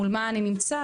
מול מה אני נמצא.